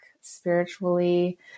spiritually